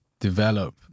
Develop